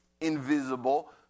invisible